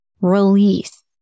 release